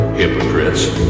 hypocrites